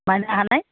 মাইনা আহা নাই